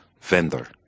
Vendor